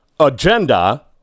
agenda